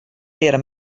leare